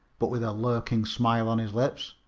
but with a lurking smile on his lips.